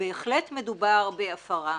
בהחלט מדובר בהפרה,